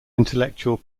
intellectual